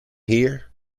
hear